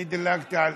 אני דילגתי.